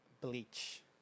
Bleach